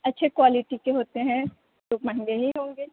اچھے کوالٹی کے ہوتے ہیں تو مہنگے ہی ہوں گے